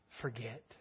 forget